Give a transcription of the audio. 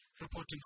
Reporting